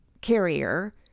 carrier